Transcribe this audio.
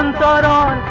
um da da